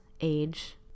age